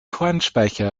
kornspeicher